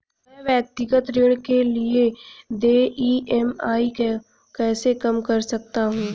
मैं व्यक्तिगत ऋण के लिए देय ई.एम.आई को कैसे कम कर सकता हूँ?